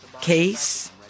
case